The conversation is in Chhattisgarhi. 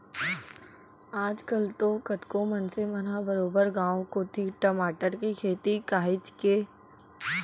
आज कल तो कतको मनसे मन ह बरोबर गांव कोती टमाटर के खेती काहेच के